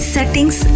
Settings